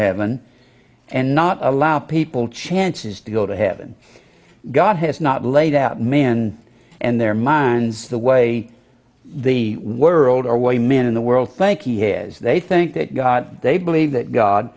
heaven and not allow people chances to go to heaven god has not laid out men and their minds the way the world our way men in the world thankee has they think that god they believe that god